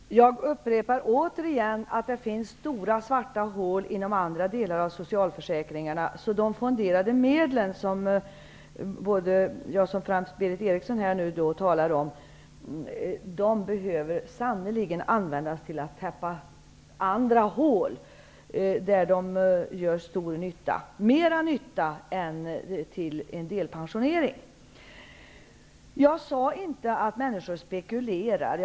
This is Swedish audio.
Herr talman! Jag upprepar återigen att det finns stora svarta hål inom andra delar av socialförsäkringarna. De fonderade medel som främst Berith Eriksson talar om behöver sannerligen användas till att täppa andra hål, där de gör mer nytta än i en delpensionering. Jag sade inte att människor spekulerar.